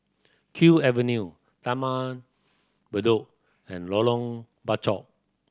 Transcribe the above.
Kew Avenue Taman Bedok and Lorong Bachok